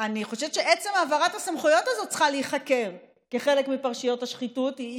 אני חושבת שעצם העברת הסמכויות הזאת צריכה להיחקר כחלק מפרשיות השחיתות,